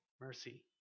mercy